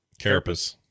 Carapace